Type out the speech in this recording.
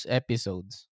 episodes